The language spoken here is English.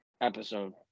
episode